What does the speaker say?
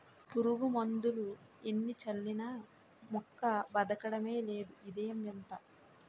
పురుగుమందులు ఎన్ని చల్లినా మొక్క బదకడమే లేదు ఇదేం వింత?